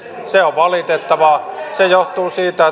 se on valitettavaa se johtuu siitä